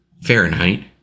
Fahrenheit